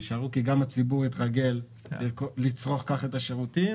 כי גם הציבור התרגל לצרוך כך את השירותים